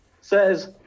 says